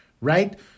Right